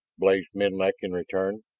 blazed menlik in return.